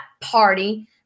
Party